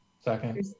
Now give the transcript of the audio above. Second